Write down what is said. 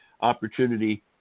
opportunity